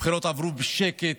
הבחירות עברו בשקט,